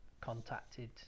contacted